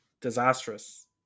disastrous